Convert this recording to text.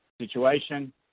situation